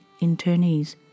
internees